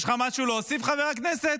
יש לך משהו להוסיף, חבר הכנסת?